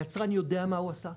היצרן יודע מה הוא עשה.